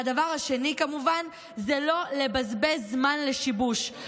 והדבר השני כמובן, זה לא לבזבז זמן לשיבוש.